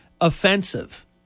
offensive